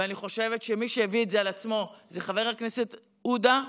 ואני חושבת שמי שהביא את זה על עצמו זה חבר הכנסת עודה,